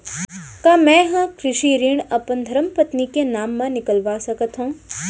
का मैं ह कृषि ऋण अपन धर्मपत्नी के नाम मा निकलवा सकथो?